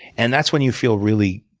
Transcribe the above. and that's when you feel really